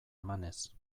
emanez